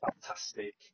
fantastic